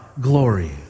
glory